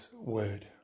word